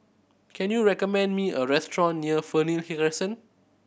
can you recommend me a restaurant near Fernhill Crescent